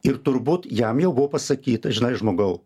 ir turbūt jam jau buvo pasakyta žinai žmogau